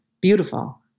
beautiful